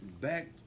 back